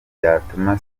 byatuma